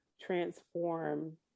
transform